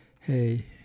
hey